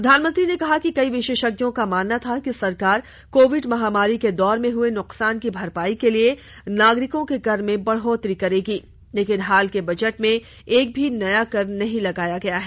प्रधानमंत्री ने कहा कि कई विशेषज्ञों का मानना था कि सरकार कोविड महामारी के दौर में हुए नुकसान की भरपाई के लिए नागरिकों के कर में बढ़ोतरी करेगी लेकिन हाल के बजट में एक भी नया कर नहीं लगाया गया है